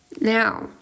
Now